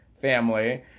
family